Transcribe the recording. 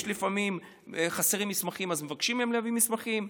לפעמים חסרים מסמכים אז מבקשים מהם להביא מסמכים.